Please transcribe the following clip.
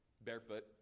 barefoot